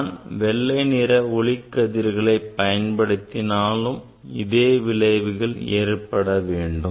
நான் வெள்ளை நிற ஒளிக்கதிர்களை பயன்படுத்தினாலும் இதே விளைவுகள் ஏற்பட வேண்டும்